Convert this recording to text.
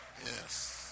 Yes